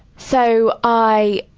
so, i,